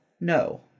No